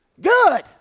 Good